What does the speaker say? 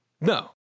No